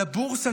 על הבורסה,